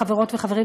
חברות וחברים,